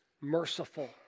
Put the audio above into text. merciful